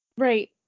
Right